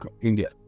India